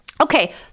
Okay